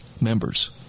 members